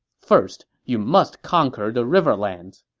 first, you must conquer the riverlands.